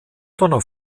donner